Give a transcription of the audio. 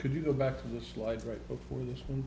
could you go back to the slides right before this one